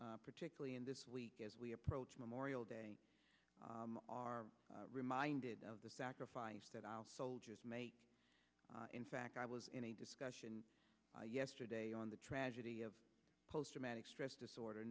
particularly in this week as we approach memorial day are reminded of the sacrifice that our soldiers make in fact i was in a discussion yesterday on the tragedy of post traumatic stress disorder